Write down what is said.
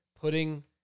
putting